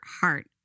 heart